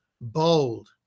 Bold